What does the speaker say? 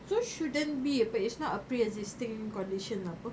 so shouldn't be a but it's not a pre existing condition apa